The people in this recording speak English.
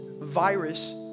virus